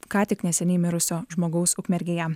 ką tik neseniai mirusio žmogaus ukmergėje